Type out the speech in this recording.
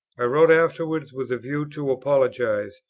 i wrote afterwards with a view to apologize,